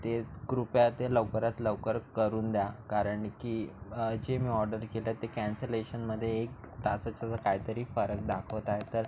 ते कृपया ते लवकरात लवकर करून द्या कारण की जे मी ऑडर केलं ते कॅन्सलेशनमध्ये एक तासाचं जर काय तरी परत दाखवताहेत तर